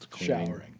showering